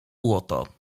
błoto